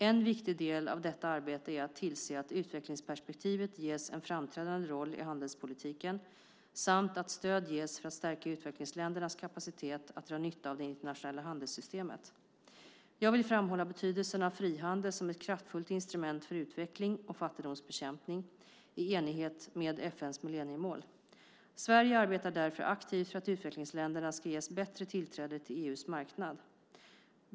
En viktig del av detta arbete är att tillse att utvecklingsperspektivet ges en framträdande roll i handelspolitiken samt att stöd ges för att stärka utvecklingsländernas kapacitet att dra nytta av det internationella handelssystemet. Jag vill framhålla betydelsen av frihandel som ett kraftfullt instrument för utveckling och fattigdomsbekämpning i enlighet med FN:s millenniemål. Sverige arbetar därför aktivt för att utvecklingsländerna ska ges bättre tillträde till EU:s marknad.